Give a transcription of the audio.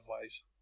ways